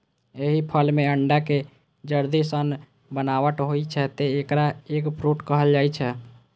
एहि फल मे अंडाक जर्दी सन बनावट होइ छै, तें एकरा एग फ्रूट कहल जाइ छै